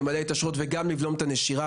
למלא את השורות וגם כדי לבלום את הנשירה.